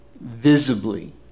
visibly